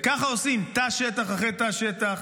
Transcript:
וככה עושים, תא שטח אחרי תא שטח,